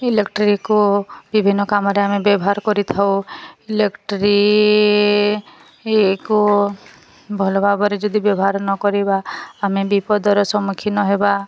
ଇଲେକ୍ଟ୍ରିକୁ ବିଭିନ୍ନ କାମରେ ଆମେ ବ୍ୟବହାର କରିଥାଉ ଇଲେକ୍ଟ୍ରି କୁ ଭଲ ଭାବରେ ଯଦି ବ୍ୟବହାର ନକରିବା ଆମେ ବିପଦର ସମ୍ମୁଖୀନ ହେବା